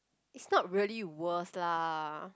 it's not really worse lah